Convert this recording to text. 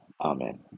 Amen